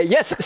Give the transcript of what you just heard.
Yes